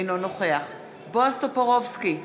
אינו נוכח בועז טופורובסקי,